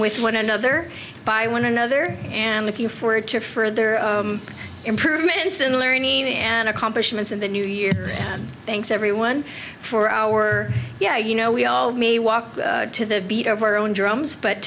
with one another by one another and looking forward to further improvements in learning and accomplishments in the new year thanks everyone for our yeah you know we all may walk to the beat of our own drums but